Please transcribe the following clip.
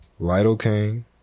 Lidocaine